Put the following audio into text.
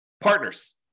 Partners